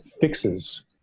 fixes